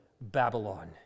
Babylon